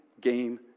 game